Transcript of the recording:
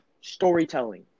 storytelling